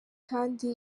kandi